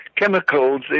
chemicals